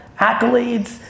accolades